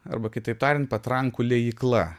arba kitaip tariant patrankų liejykla